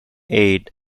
aide